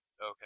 Okay